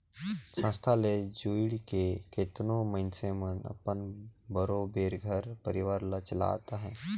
संस्था ले जुइड़ के केतनो मइनसे मन अपन बरोबेर घर परिवार ल चलात अहें